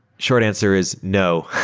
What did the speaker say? short answer is no,